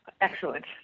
excellent